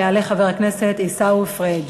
יעלה חבר הכנסת עיסאווי פריג'.